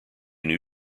new